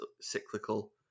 cyclical